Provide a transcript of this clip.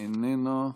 איננה.